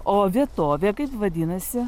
o vietovė kaip vadinasi